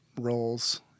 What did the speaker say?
roles